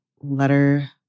letter